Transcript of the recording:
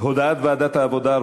הודעת ועדת העבודה,